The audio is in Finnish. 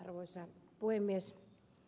arvoisa puhemies